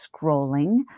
scrolling